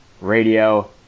radio